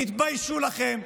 תתביישו לכם.